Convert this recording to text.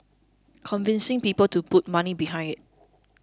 convincing people to put money behind it